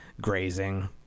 grazing